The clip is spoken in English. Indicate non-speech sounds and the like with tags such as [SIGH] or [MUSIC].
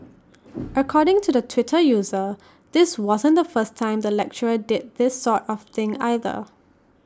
[NOISE] according to the Twitter user this wasn't the first time the lecturer did this sort of thing either